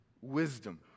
wisdom